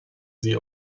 sie